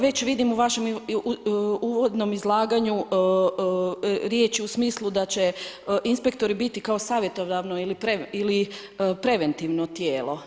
Već vidim i u vašem uvodnom izlaganju riječi u smislu da će inspektor biti kao savjetodavno ili preventivno tijelo.